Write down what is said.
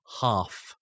half